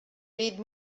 read